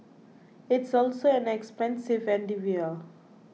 it's also an expensive endeavour